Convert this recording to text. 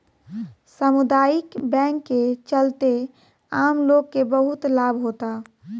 सामुदायिक बैंक के चलते आम लोग के बहुत लाभ होता